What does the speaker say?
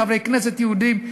חברי כנסת יהודים,